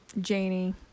Janie